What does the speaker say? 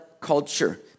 culture